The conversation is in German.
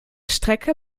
strecke